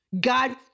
God